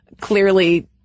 clearly